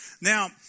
Now